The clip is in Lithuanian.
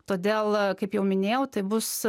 todėl kaip jau minėjau tai bus